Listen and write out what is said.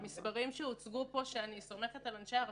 המספרים שהוצגו פה אני סומכת על אנשי הרשות,